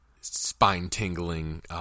spine-tingling